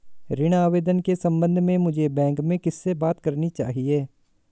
ऋण आवेदन के संबंध में मुझे बैंक में किससे बात करनी चाहिए?